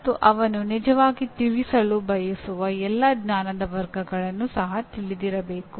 ಮತ್ತು ಅವನು ನಿಜವಾಗಿ ತಿಳಿಸಲು ಬಯಸುವ ಎಲ್ಲಾ ಜ್ಞಾನದ ವರ್ಗಗಳನ್ನು ಸಹ ತಿಳಿದಿರಬೇಕು